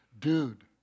dude